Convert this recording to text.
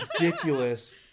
ridiculous